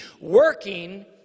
Working